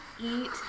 eat